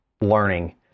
learning